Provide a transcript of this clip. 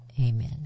amen